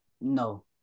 no